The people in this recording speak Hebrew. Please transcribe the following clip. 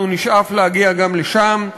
אנחנו נשאף להגיע גם לשם,